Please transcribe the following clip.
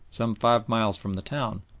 some five miles from the town,